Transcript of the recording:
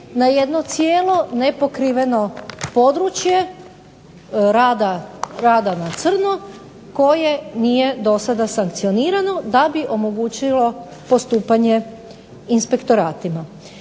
na jedno cijelo nepokriveno područje rada na crno koje nije dosada sankcionirano da bi omogućilo postupanje inspektoratima.